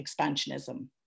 expansionism